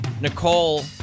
Nicole